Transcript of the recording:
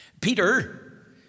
Peter